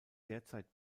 derzeit